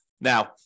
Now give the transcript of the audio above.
Now